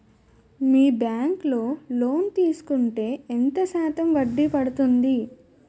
మీ bank లో loan తీసుకుంటే ఎంత శాతం వడ్డీ పడ్తుంది?